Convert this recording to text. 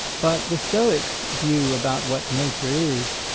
but the stoics' view about what nature is,